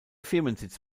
firmensitz